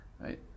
Right